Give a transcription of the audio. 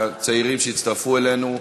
הצעירים שהצטרפו אלינו.